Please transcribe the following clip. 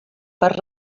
per